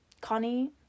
Connie